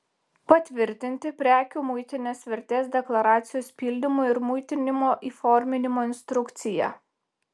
patvirtinti prekių muitinės vertės deklaracijos pildymo ir muitinio įforminimo instrukciją